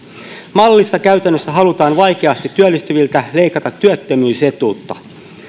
mallissa halutaan vaikeasti työllistyviltä leikata työttömyysetuutta